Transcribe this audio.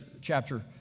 chapter